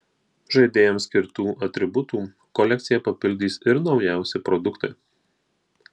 žaidėjams skirtų atributų kolekciją papildys ir naujausi produktai